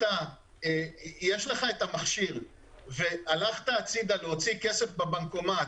אם יש לך את המכשיר והלכת להוציא כסף בבנקומט,